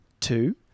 Two